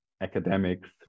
academics